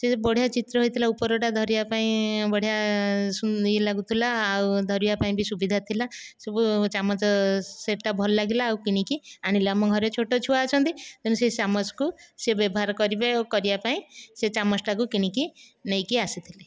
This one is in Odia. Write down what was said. ସେ ବଢ଼ିଆ ଚିତ୍ର ହୋଇଥିଲା ଉପରଟା ଧରିବା ପାଇଁ ବଢ଼ିଆ ଇଏ ଲାଗୁଥିଲା ଆଉ ଧରିବା ପାଇଁବି ସୁବିଧା ଥିଲା ସବୁ ଚାମଚ ସେଟଟା ଭଲ ଲାଗିଲା ତାକୁ କିଣିକି ଆଣିଲି ଆମ ଘରେ ଛୋଟ ଛୁଆ ଅଛନ୍ତି ତେଣୁ ସେ ଚାମଚକୁ ସେ ବ୍ୟବହାର କରିବାକୁ କରିବା ପାଇଁ ସେ ଚାମଚ ଟାକୁ କିଣିକି ନେଇକି ଆସିଥିଲି